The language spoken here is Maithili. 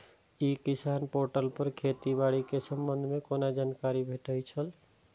ई किसान पोर्टल पर खेती बाड़ी के संबंध में कोना जानकारी भेटय छल?